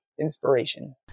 inspiration